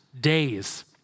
days